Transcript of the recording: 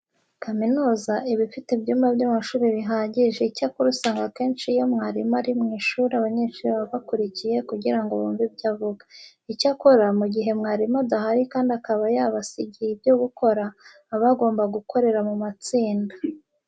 Kaminuza iba ifite ibyumba by'amashuri bihagije. Icyakora usanga akenshi iyo mwarimu ari mu ishuri abanyeshuri baba bakurikiye kugira ngo bumve ibyo avuga. Icyakora, mu gihe mwarimu adahari kandi akaba yabasigiye ibyo gukora, baba bagomba gukorera mu matsinda.